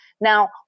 Now